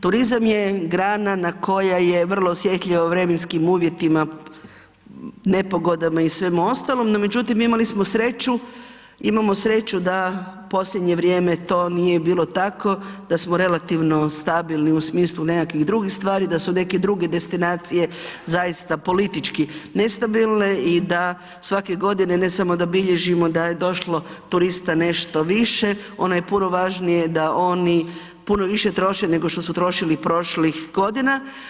Turizam je grana na koja je vrlo osjetljiva vremenskim uvjetima, nepogodama i svemu ostalom, no međutim, imali smo sreću, imamo sreću da, posljednje vrijeme to nije bilo tako da smo relativno stabilni u smislu nekakvih drugih stvari, da su neke druge destinacije zaista politički nestabilne i da svake godine, ne samo da bilježimo da je došlo turista nešto više, ono je puno važnije da oni puno više troše nego što su trošili prošlih godina.